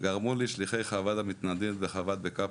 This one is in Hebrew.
גרמו לי שליחי חב"ד המתנדבים בקפלן,